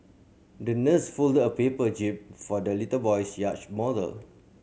the nurse folded a paper jib for the little boy's yacht model